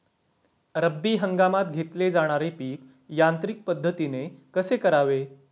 रब्बी हंगामात घेतले जाणारे पीक यांत्रिक पद्धतीने कसे करावे?